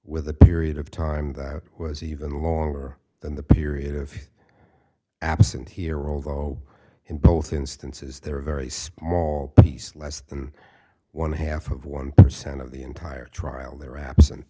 with a period of time that was even longer than the period of absent here although in both instances they were very small piece less than one half of one percent of the entire trial the